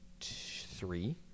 three